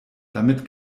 damit